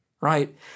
right